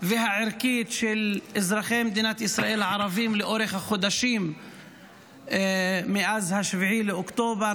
והערכית של אזרחי מדינת ישראל הערבים לאורך החודשים מאז 7 באוקטובר.